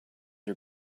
are